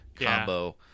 combo